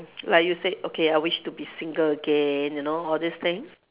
like you said okay I wish to be single again you know all these things